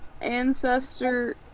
ancestor